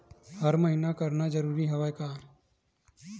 हर महीना करना जरूरी हवय का?